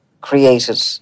created